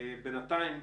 בינתיים,